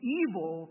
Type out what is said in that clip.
evil